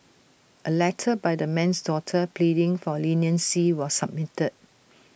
A letter by the man's daughter pleading for leniency was submitted